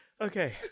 okay